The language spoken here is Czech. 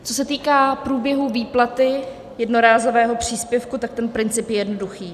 Co se týká průběhu výplaty jednorázového příspěvku, tak ten princip je jednoduchý.